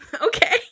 okay